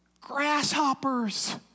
grasshoppers